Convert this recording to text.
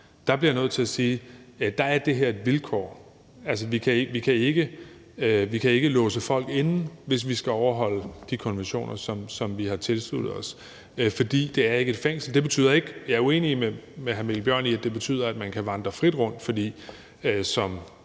bliver jeg nødt til at sige, at det her er et vilkår. Altså, vi kan ikke låse folk inde, hvis vi skal overholde de konventioner, som vi har tilsluttet os, for det er ikke et fængsel. Jeg er uenig med hr. Mikkel Bjørn i, at det betyder, at man kan vandre frit rundt, for hvis